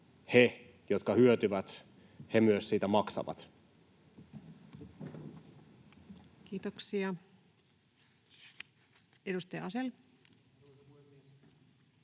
he, jotka hyötyvät, myös siitä maksavat? Kiitoksia. — Edustaja Asell.